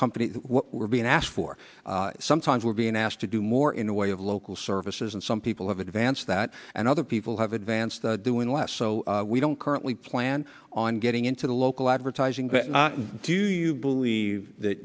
company what we're being asked for sometimes we're being asked to do more in a way of local services and some people have advanced that and other people have advanced doing less so we don't currently plan on getting into the local advertising but do you believe that